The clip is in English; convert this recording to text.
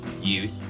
youth